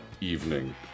evening